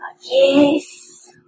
Yes